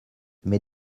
mais